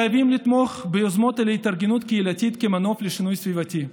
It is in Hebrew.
חייבים לתמוך ביוזמות להתארגנות קהילתית כמנוף לשינוי סביבתי,